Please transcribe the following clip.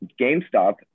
GameStop